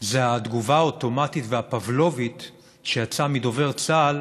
זו התגובה האוטומטית והפבלובית שיצאה מדובר צה"ל